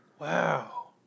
Wow